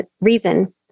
reason